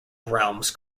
realms